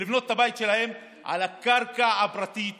לבנות את הבית שלהם על הקרקע הפרטית שלהם.